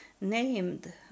named